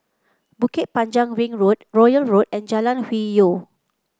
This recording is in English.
Bukit Panjang Ring Road Royal Road and Jalan Hwi Yoh